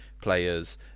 players